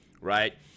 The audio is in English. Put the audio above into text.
right